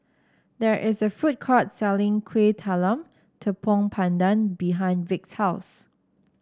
there is a food court selling Kuih Talam Tepong Pandan behind Vic's house